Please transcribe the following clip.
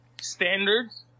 standards